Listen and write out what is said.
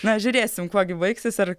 na žiūrėsime kuo gi baigsis ar